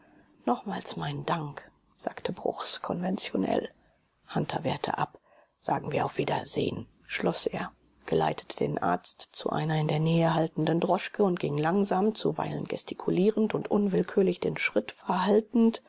nochmals meinen dank sagte bruchs konventionell hunter wehrte ab sagen wir auf wiedersehen schloß er geleitete den arzt zu einer in der nähe haltenden droschke und ging langsam zuweilen gestikulierend und unwillkürlich den schritt verhaltend